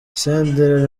senderi